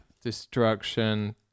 destruction